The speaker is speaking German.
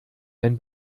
wenn